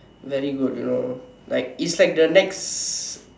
very good you know like it's like the next